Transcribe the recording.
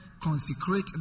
consecrate